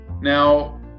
Now